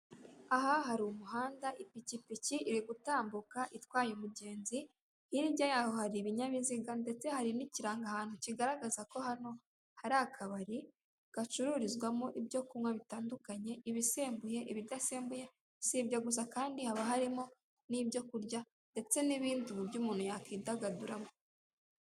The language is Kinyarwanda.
Aha hari umuhanda, ipikipiki iri gutambuka itwaye umugenzi, hirya yaho hari ibinyabiziga ndetse hari n'ikirangahantu kigaragaza ko hano hari akabari gacururizwamo ibyo kunywa bitandukanye, ibisembuye, ibidasembuye, si ibyo gusa kandi, haba harimo n'ibyo kurya, ndetse n'ubundi buryo umuntu yakwidagaduramo.